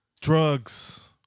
drugs